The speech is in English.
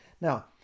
Now